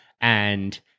and-